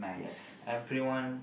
yes everyone